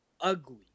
ugly